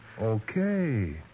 Okay